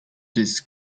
this